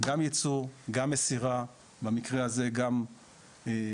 גם ייצור, גם מסירה, במקרה הזה גם אגירה,